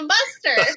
Buster